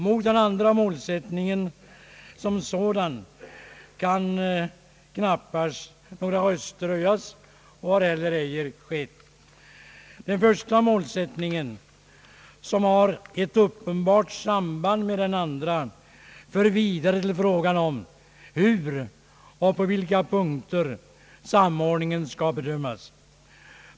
Mot den andra målsättningen som sådan har knappast höjts någon röst. Den första målsättningen — som har ett uppenbart samband med den andra — för vidare till frågan hur och på vilka punkter samordningen skall bedömas.